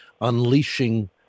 Unleashing